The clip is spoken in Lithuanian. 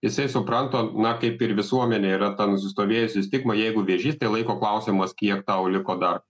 jisai supranta na kaip ir visuomenėj yra ta nusistovėjusi stigma jeigu vėžys tai laiko klausimas kiek tau liko dar